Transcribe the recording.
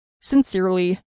Sincerely